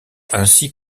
ainsi